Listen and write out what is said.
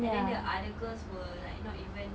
I mean the other girls were like not even